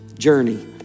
journey